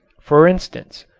for instance,